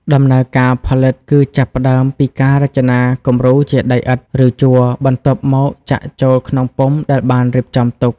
ដំណើរការផលិតគឺចាប់ផ្ដើមពីការរចនាគំរូជាដីឥដ្ឋ ឬជ័រ បន្ទាប់មកចាក់ចូលក្នុងពុម្ពដែលបានរៀបចំទុក។